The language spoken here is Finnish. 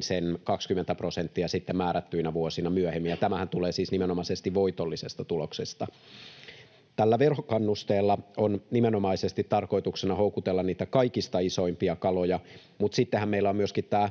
sen 20 prosenttia määrättyinä vuosina myöhemmin — ja tämähän tulee siis voitollisesta tuloksesta. Tällä verokannusteella on tarkoituksena houkutella niitä kaikista isoimpia kaloja, mutta sittenhän meillä on myöskin tämä